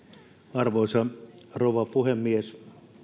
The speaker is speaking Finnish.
arvoisa rouva puhemies